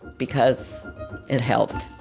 because it helped.